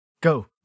Go